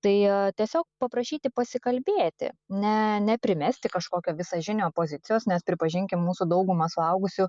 tai tiesiog paprašyti pasikalbėti ne neprimesti kažkokio visažinio pozicijos nes pripažinkim mūsų daugumą suaugusių